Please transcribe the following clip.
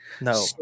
No